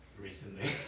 recently